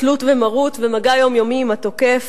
תלות ומרות ומגע יומיומי עם התוקף,